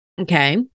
Okay